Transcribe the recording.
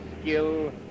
skill